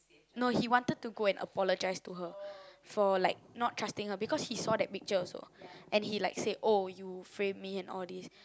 no he wanted to go and apologize to her for like not trusting her because he saw that picture also and he like say oh you frame me and all these